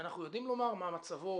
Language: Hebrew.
האם אנחנו יודעים לומר מה מצבו?